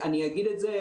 אני אגיד את זה,